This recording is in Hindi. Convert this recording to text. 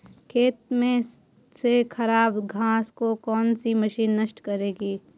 खेत में से खराब घास को कौन सी मशीन नष्ट करेगी?